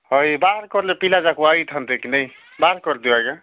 ହଇ ବାହାର କରିଲେ ପିଲାଯାକୁ ଆଇଥାନ୍ତେ କି ନାଇଁ ବାହାର କରି ଦିଅ ଆଜ୍ଞା